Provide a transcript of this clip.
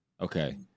Okay